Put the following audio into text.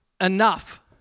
enough